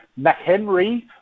McHenry